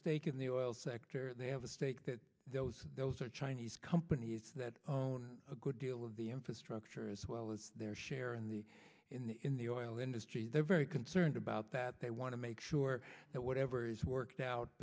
stake in the oil sector they have a stake that those are chinese companies that own a good deal of the infrastructure as well as their share in the in the oil industry they're very concerned about that they want to make sure that whatever is worked out